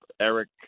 Eric